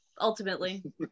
ultimately